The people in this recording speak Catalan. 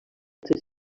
tres